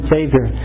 Savior